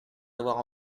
avoir